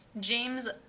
James